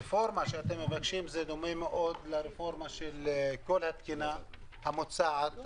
הרפורמה שאתם מבקשים דומה מאוד לרפורמה של כל התקינה המוצעת,